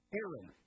Aaron